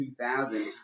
2,000